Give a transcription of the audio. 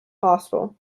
hostile